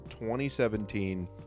2017